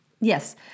yes